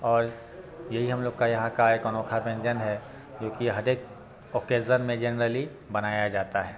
और यही हम लोग का यहाँ का एक अनोखा व्यंजन है जो कि हरेक ओकेज़न में जेनरली बनाया जाता है